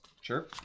sure